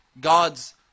God's